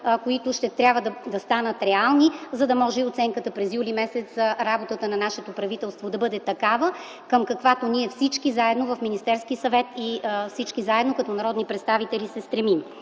които ще трябва да станат реални, за да може и оценката през м. юли за работата на нашето правителство да бъде такава, към каквато всички ние заедно в Министерския съвет и всички заедно като народни представители се стремим.